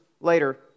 later